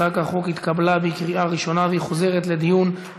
הצעת החוק התקבלה בקריאה ראשונה, והיא